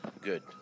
Good